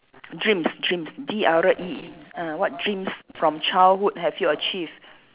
dreams dreams D R E ah what dreams from childhood have you achieved